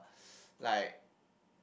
like